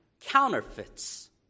counterfeits